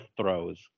Throws